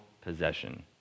possession